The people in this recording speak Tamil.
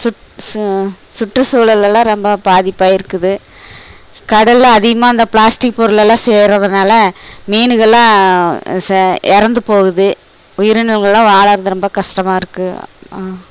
சுற் சுற்றுச்சூழலெல்லாம் ரொம்ப பாதிப்பாயிருக்குது கடலில் அதிகமாக அந்த பிளாஸ்டிக் பொருளெல்லாம் சேர்கிறதுனால மீனுகளெல்லாம் ச இறந்து போகுது உயிரினங்களெலாம் வாழ்வது ரொம்ப கஷ்டமாக இருக்குது